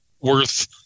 worth